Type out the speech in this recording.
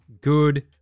good